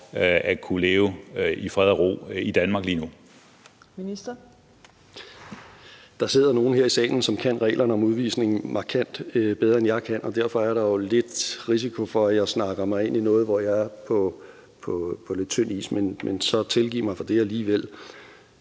Justitsministeren (Nick Hækkerup): Der sidder nogle her i salen, som kan reglerne om udvisning markant bedre, end jeg kan, og derfor er der jo lidt risiko for, at jeg snakker mig ind i noget, hvor jeg er på lidt tynd is, men så tilgiv mig for det alligevel.